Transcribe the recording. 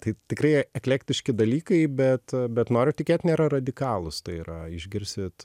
tai tikrai eklektiški dalykai bet bet noriu tikėt nėra radikalūs tai yra išgirsit